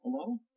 Hello